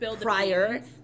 prior